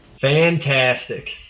Fantastic